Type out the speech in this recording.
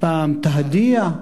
פעם "תהדיה",